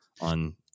on